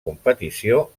competició